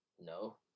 No